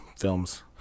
Films